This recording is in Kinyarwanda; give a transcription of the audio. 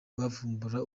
kuvumbura